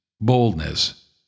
boldness